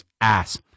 ASS